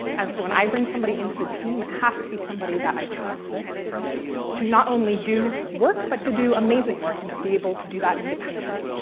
and so, when i bring somebody into the team, it has to be somebody that i trust to not only do work, but to do amazing work and to be able to do that independently.